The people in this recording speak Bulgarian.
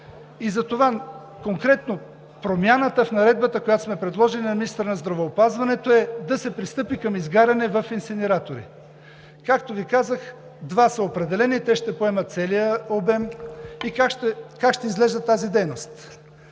Затова промяната в наредбата, която конкретно сме предложили на министъра на здравеопазването, е да се пристъпи към изгаряне в инсинератори. Какво Ви казах? Два са определени и те ще поемат целия обем. Как ще изглежда тази дейност?